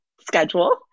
schedule